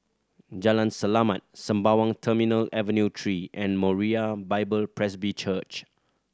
Jalan Selamat Sembawang Terminal Avenue Three and Moriah Bible Presby Church